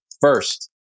First